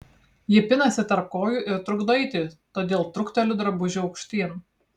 ji pinasi tarp kojų ir trukdo eiti todėl trukteliu drabužį aukštyn